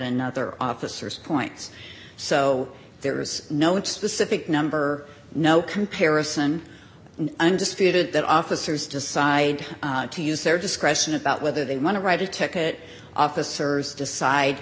another officers points so there is no one specific number no comparison and undisputed that officers decide to use their discretion about whether they want to write a ticket officers decide